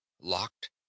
locked